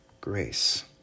grace